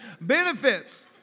Benefits